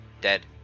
dead